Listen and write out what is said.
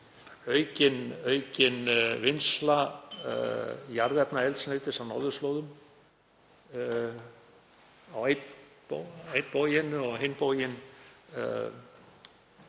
aukin vinnsla jarðefnaeldsneytis á norðurslóðum á einn bóginn og á hinn bóginn